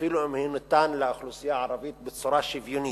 אפילו אם הוא ניתן לאוכלוסייה הערבית בצורה שוויונית,